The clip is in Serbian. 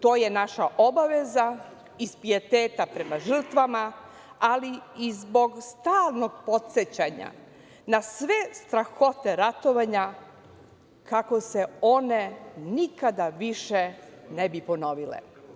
To je naša obaveza iz pijeteta prema žrtvama, ali i zbog stalnog podsećanja na sve strahote ratovanja kako se one nikada više ne bi ponovile.